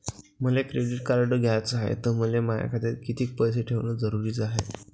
मले credit card घ्याचं हाय, त मले माया खात्यात कितीक पैसे ठेवणं जरुरीच हाय?